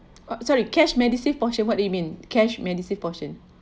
oh sorry cash MediSave portion what do you mean cash MediSave portion